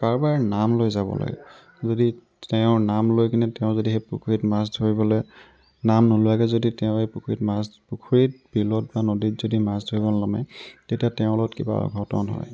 কাৰোবাৰ নাম লৈ যাব লাগে যদি তেওঁৰ নাম লৈ কেনে তেওঁ যদি সেই পুখুৰীত মাছ ধৰিবলৈ নাম নোলোৱাকৈ যদি তেওঁ সেই পুখুৰীত মাছ পুখুৰীত বিলত বা নদীত যদি মাছ ধৰিবলৈ নামে তেতিয়া তেওঁ লগত কিবা অঘটন হয়